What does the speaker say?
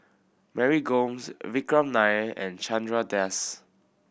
Mary Gomes Vikram Nair and Chandra Das